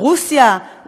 ברוסיה,